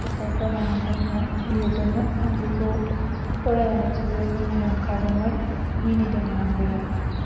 फेस्लायै फोरमायनानै माने लिरदोंमोन आं बेखौ फरायनानै जोबोर मिनिनो ओंखारदोंमोन मिनिदोंमोन आं बिरादनो